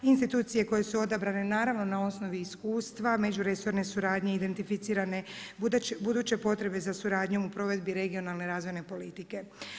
Institucije koje su odabrane, naravno, na osnovni iskustva, međuresorne suradnje, identificirane, buduće potrebne za suradnjom u provedbi regionalne razvojne politike.